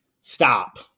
stop